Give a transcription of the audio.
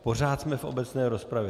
Pořád jsme v obecné rozpravě.